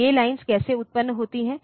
ये लाइन्स कैसे उत्पन्न होती हैं